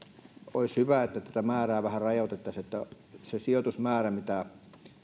olisi hyvä että tätä määrää vähän rajoitettaisiin että se määrä mitä